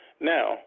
Now